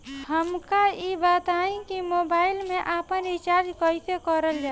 हमका ई बताई कि मोबाईल में आपन रिचार्ज कईसे करल जाला?